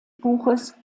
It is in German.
buches